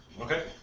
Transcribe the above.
Okay